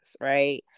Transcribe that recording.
right